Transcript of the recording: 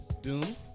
Doom